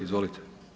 Izvolite.